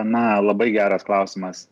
na labai geras klausimas